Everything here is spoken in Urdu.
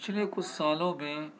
پچھلے کچھ سالوں میں